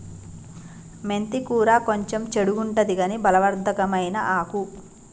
మెంతి కూర కొంచెం చెడుగుంటది కని బలవర్ధకమైన ఆకు